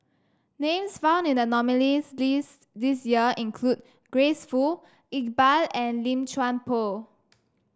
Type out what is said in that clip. names found in the nominees' list this year include Grace Fu Iqbal and Lim Chuan Poh